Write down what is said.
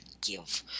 Give